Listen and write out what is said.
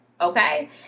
okay